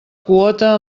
quota